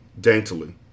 daintily